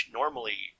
normally